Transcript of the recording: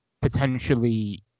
potentially